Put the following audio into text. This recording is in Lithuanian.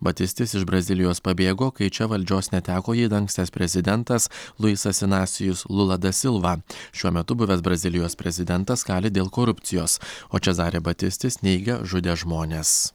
batistis iš brazilijos pabėgo kai čia valdžios neteko jį dangstantis prezidentas luisas sinasijus lula da silva šiuo metu buvęs brazilijos prezidentas kali dėl korupcijos o čezarė batistis neigia žudęs žmones